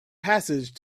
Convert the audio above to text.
passage